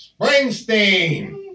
Springsteen